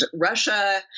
Russia